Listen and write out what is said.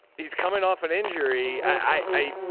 he's coming off an injury. i,